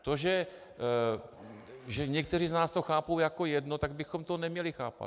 To, že někteří z nás to chápou jako jedno, tak bychom to neměli chápat.